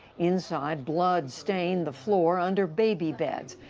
inside, blood stained the floor under baby beds,